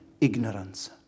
ignorance